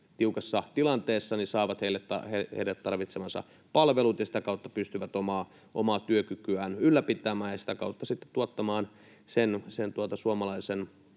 tiukassa tilanteessa saavat tarvitsemansa palvelut ja sitä kautta pystyvät omaa työkykyään ylläpitämään ja sitä kautta sitten tuottamaan sen suomalaisen